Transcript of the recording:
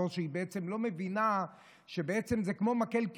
בהצעת החוק שבפניכם מבקשים חברי הכנסת המציעים להרחיב הרחבה